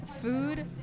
food